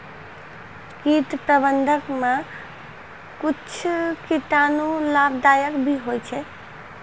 कीट प्रबंधक मे कुच्छ कीटाणु लाभदायक भी होय छै